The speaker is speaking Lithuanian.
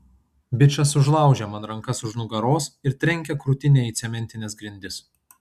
bičas užlaužia man rankas už nugaros ir trenkia krūtinę į cementines grindis